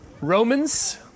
Romans